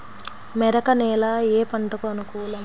మెరక నేల ఏ పంటకు అనుకూలం?